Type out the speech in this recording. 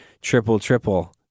triple-triple